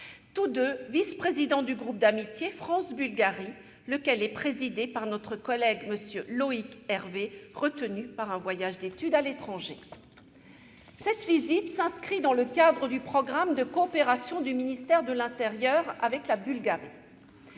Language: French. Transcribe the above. tous deux vice-présidents du groupe d'amitié France-Bulgarie, lequel est présidé par notre collègue M. Loïc Hervé, retenu par un voyage d'études à l'étranger. Cette visite s'inscrit dans le cadre du programme de coopération du ministère de l'intérieur avec la Bulgarie.